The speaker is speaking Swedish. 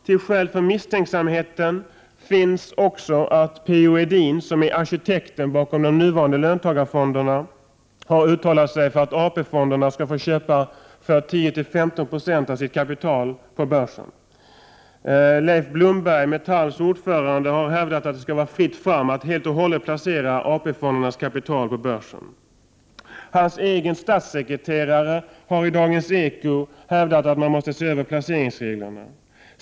Till skäl för misstänksamheten finns också att P O Edin, som är arkitekten bakom de nuvarande löntagarfonderna, har uttalat sig för att AP-fonderna skall få köpa för 10-15 96 av sitt kapital på börsen. Leif Blomberg, Metalls ordförande, har hävdat att det skall vara fritt fram för att helt och hållet placera AP-fondernas kapital på börsen. Finansministerns egen statssekreterare har i Dagens Eko sagt att placeringsreglerna skall ses över.